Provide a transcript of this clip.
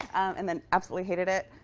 and then absolutely hated it.